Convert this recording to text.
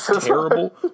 terrible